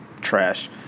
trash